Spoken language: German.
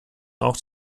auch